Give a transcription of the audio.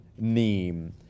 name